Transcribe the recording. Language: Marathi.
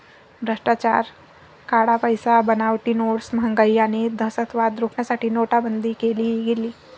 भ्रष्टाचार, काळा पैसा, बनावटी नोट्स, महागाई आणि दहशतवाद रोखण्यासाठी नोटाबंदी केली गेली